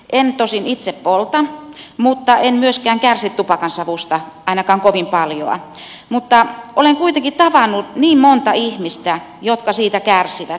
en tosin itse polta mutta en myöskään kärsi tupakansavusta ainakaan kovin paljoa mutta olen kuitenkin tavannut niin monta ihmistä jotka siitä kärsivät